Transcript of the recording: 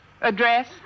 address